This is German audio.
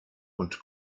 und